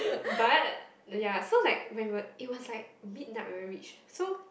but ya so like when we were it was like midnight when we reached so